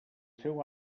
seu